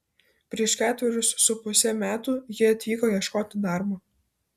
prieš ketverius su puse metų ji atvyko ieškoti darbo